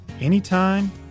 anytime